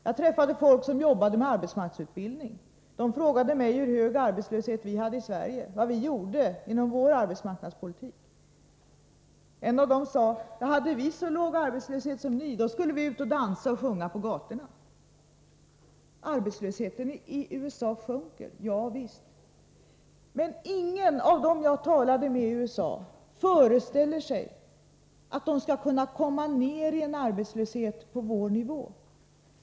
Jag träffade folk som jobbar med arbetsmarknadsutbildning. De frågade mig hur hög arbetslöshet vi hade i Sverige, vad vi gjorde inom vår arbetsmarknadspolitik. En av dem sade: Hade vi så låg arbetslöshet som ni skulle vi gå ut och dansa och sjunga på gatorna. Arbetslösheten i USA sjunker. Javisst. Men ingen av dem som jag talade med i USA föreställer sig att de skall kunna komma ned i en arbetslöshet på vår nivå.